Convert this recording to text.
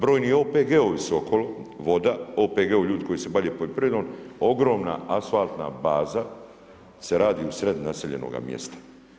Brojni OPG-ovi su okolo, voda, OPG-ovi, ljudi koji se bave poljoprivredom, ogromna asfaltna baza se radi u sred naseljenoga mjesta.